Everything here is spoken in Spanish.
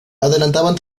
adelantaban